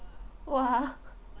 !wah!